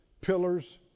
pillars